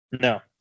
No